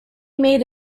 made